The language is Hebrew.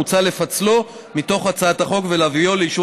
מוצע לפצלו מתוך הצעת החוק ולהביאו לאישור